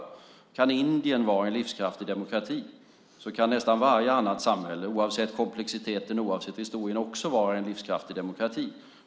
Kan Indien vara en livskraftig demokrati så kan nästan varje annat samhälle, oavsett komplexiteten och oavsett historien, också vara en livskraftig demokrati.